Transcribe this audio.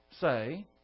say